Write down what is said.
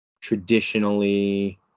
traditionally